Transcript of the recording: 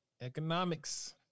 economics